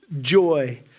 joy